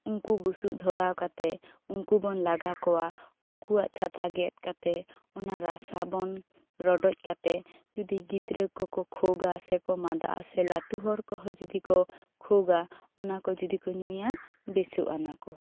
ᱩᱱᱠᱩ ᱵᱩᱥᱩᱵ ᱫᱷᱚᱨᱟᱣ ᱠᱟᱛᱮ ᱩᱱᱠᱩ ᱵᱚᱱ ᱞᱟᱜᱟ ᱠᱚᱣᱟ ᱩᱱᱠᱩᱭᱟᱜ ᱪᱷᱟᱛᱟ ᱜᱮᱫ ᱠᱟᱛᱮ ᱚᱱᱟ ᱨᱟᱥᱟ ᱵᱚᱱ ᱨᱚᱰᱚᱡ ᱠᱟᱛᱮ ᱡᱩᱫᱤ ᱜᱤᱫᱽᱨᱟᱹ ᱠᱚ ᱠᱷᱩᱜᱟ ᱥᱮ ᱠᱚ ᱢᱟᱫᱟᱜᱼᱟ ᱥᱮ ᱞᱟᱹᱴᱩ ᱦᱚᱲ ᱠᱚᱦᱚᱸ ᱠᱚ ᱡᱤᱫᱤ ᱠᱚ ᱠᱷᱩᱜᱟ ᱚᱱᱟ ᱠᱚ ᱡᱩᱫᱤ ᱠᱚ ᱧᱩᱭᱟ ᱵᱮᱥᱚᱜᱼᱟ ᱚᱱᱟ ᱠᱚ